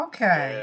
Okay